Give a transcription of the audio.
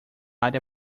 área